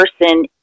person